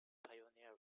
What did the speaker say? pioneer